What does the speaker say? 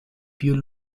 più